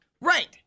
Right